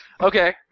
Okay